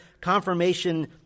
Confirmation